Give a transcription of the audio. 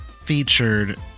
featured